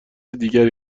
دیگری